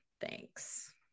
thanks